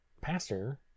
pastor